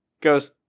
goes